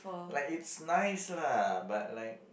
like it's nice lah but like